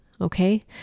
okay